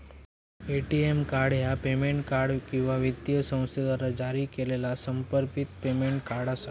ATM card ह्या payment card किंवा वित्तीय संस्थेद्वारा जारी केलेला समर्पित पेमेंट कार्ड असा